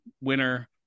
winner